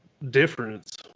difference